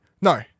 no